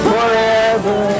Forever